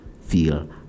feel